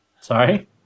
Sorry